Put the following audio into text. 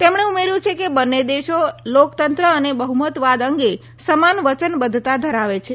તેમણે ઉમેર્યું છે કે બંને દેશ લોકતંત્ર અને બફ્મતવાદ અંગે સમાન વચનબદ્વતા ધરાવે છે